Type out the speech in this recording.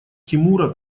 тимура